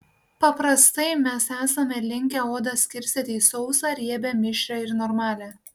paprastai mes esame linkę odą skirstyti į sausą riebią mišrią ir normalią